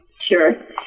Sure